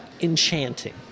enchanting